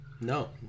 No